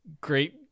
great